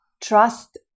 trust